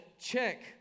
check